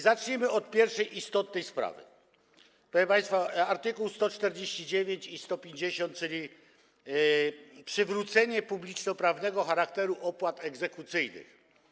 Zacznijmy od pierwszej istotnej sprawy, proszę państwa, od art. 149 i art. 150, czyli przywrócenia publicznoprawnego charakteru opłat egzekucyjnych.